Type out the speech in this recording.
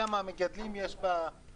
כמה מגדלים יש בחלוקה